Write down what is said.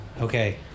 Okay